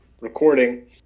recording